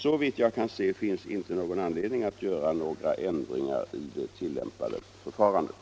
Såvitt jag kan se finns inte någon anledning att göra några ändringar i det tillämpade förfarandet.